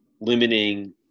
limiting